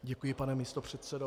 Děkuji, pane místopředsedo.